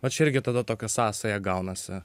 aš irgi tada tokia sąsaja gaunasi